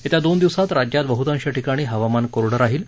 येत्या दोन दिवसात राज्यात बह्तांश ठिकाणी हवामान कोरडं राहील